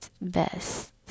best